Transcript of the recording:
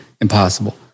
Impossible